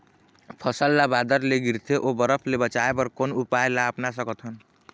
फसल ला बादर ले गिरथे ओ बरफ ले बचाए बर कोन उपाय ला अपना सकथन?